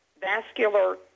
vascular